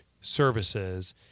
services